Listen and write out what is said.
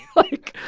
like,